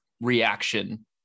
reaction